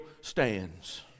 stands